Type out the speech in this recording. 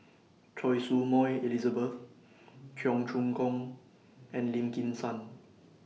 Choy Su Moi Elizabeth Cheong Choong Kong and Lim Kim San